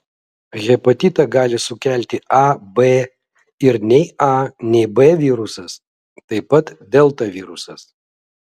hepatitą gali sukelti a b ir nei a nei b virusas taip pat delta virusas